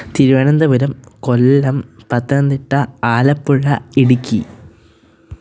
Thiruvananthapuram Kollam Pathanamthitta Alappuzha Idukki